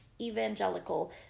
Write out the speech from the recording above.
evangelical